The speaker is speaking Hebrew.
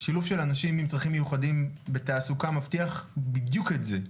שילוב של אנשים עם צרכים מיוחדים בתעסוקה מבטיח בדיוק את זה.